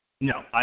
No